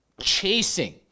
chasing